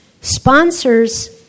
Sponsors